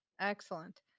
Excellent